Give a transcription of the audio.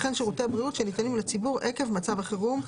וכן שירותי בריאות שניתנים לציבור עקב מצב החירום,